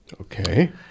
Okay